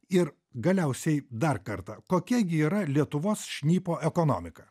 ir galiausiai dar kartą kokia gi yra lietuvos šnipo ekonomika